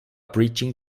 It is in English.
breaching